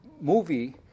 movie